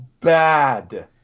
bad